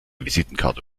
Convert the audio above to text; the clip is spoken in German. visitenkarte